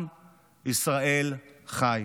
עם ישראל חי.